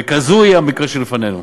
וכזה הוא המקרה שלפנינו.